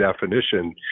definition